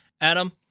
Adam